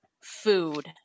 food